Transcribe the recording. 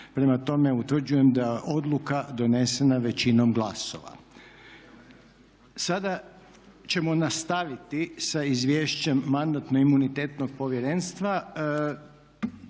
Prema tome, utvrđuje da je odluka donesena većinom glasova. Sada ćemo nastaviti sa izvješćem Mandatno imunitetnog povjerenstva,